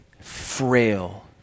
frail